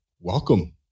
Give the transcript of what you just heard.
welcome